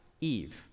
Eve